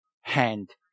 hand